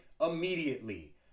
immediately